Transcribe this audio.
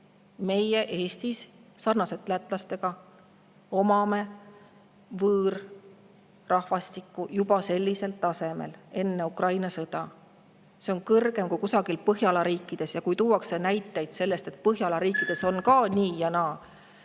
Meil Eestis sarnaselt lätlastega oli võõrrahvastikku juba sellisel tasemel enne Ukraina sõda. See on kõrgem kui kusagil Põhjala riikides. Kui tuuakse näiteid sellest, et Põhjala riikides on ka nii ja naa,